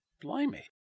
Blimey